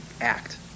act